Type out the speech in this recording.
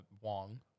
Wong